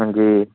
ਹਾਂਜੀ